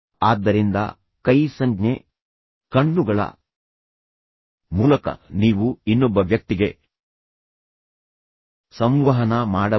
ಆದ್ದರಿಂದ ಕೈ ಸಂಜ್ಞೆ ಕಣ್ಣುಗಳ ಮೂಲಕ ನೀವು ಇನ್ನೊಬ್ಬ ವ್ಯಕ್ತಿಗೆ ಸಂವಹನ ಮಾಡಬಹುದು